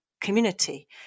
community